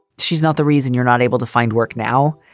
she's not the reason you're not able to find work now.